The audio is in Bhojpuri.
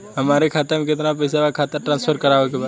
हमारे खाता में कितना पैसा बा खाता ट्रांसफर करावे के बा?